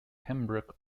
pembroke